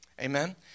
Amen